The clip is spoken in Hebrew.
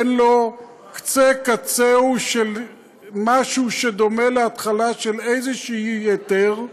אין לו קצה-קצהו של משהו שדומה להתחלה של איזשהו היתר,